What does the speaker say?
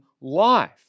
life